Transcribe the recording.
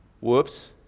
whoops